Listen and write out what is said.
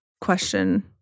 question